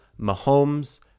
mahomes